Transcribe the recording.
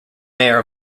mayor